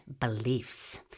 beliefs